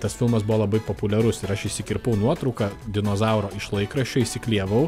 tas filmas buvo labai populiarus ir aš išsikirpau nuotrauką dinozauro iš laikraščio įsiklijavau